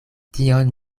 tion